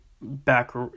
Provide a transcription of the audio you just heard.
back